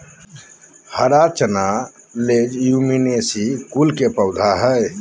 हरा चना लेज्युमिनेसी कुल के पौधा हई